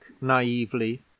naively